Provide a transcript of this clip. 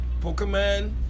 pokemon